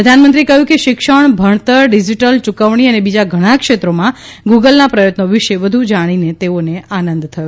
પ્રધાનમંત્રીએ કહ્યું કે શિક્ષણ ભણતર ડિજિટલ યુકવણી અને બીજા ઘણા ક્ષેત્રોમાં ગૂગલના પ્રયત્નો વિશે વધુ જાણીને તેઓને આનંદ થયો